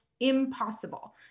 impossible